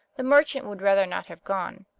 the merchant would rather not have gone,